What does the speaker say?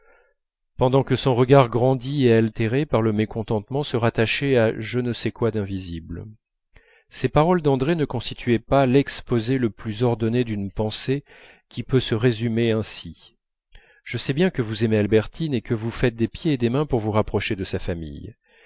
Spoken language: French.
pendant que son regard grandi et altéré par le mécontentement se rattachait à je ne sais quoi d'invisible ces paroles d'andrée ne constituaient pas l'exposé le plus ordonné d'une pensée qui peut se résumer ainsi je sais bien que vous aimez albertine et que vous faites des pieds et des mains pour vous rapprocher de sa famille